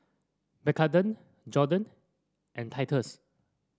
Macarthur Jordon and Thaddeus